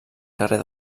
carrer